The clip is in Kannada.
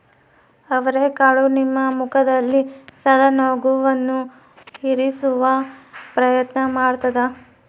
ಅವರೆಕಾಳು ನಿಮ್ಮ ಮುಖದಲ್ಲಿ ಸದಾ ನಗುವನ್ನು ಇರಿಸುವ ಪ್ರಯತ್ನ ಮಾಡ್ತಾದ